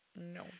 No